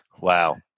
Wow